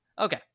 Okay